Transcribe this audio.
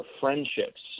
friendships